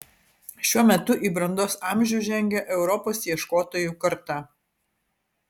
šiuo metu į brandos amžių žengia europos ieškotojų karta